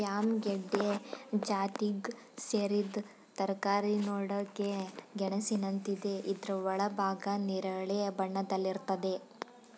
yam ಗೆಡ್ಡೆ ಜಾತಿಗ್ ಸೇರಿದ್ ತರಕಾರಿ ನೋಡಕೆ ಗೆಣಸಿನಂತಿದೆ ಇದ್ರ ಒಳಭಾಗ ನೇರಳೆ ಬಣ್ಣದಲ್ಲಿರ್ತದೆ